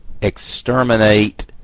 exterminate